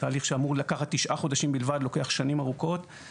תהליך שאמור לקחת תשעה חודשים בלבד לוקח שנים ארוכות,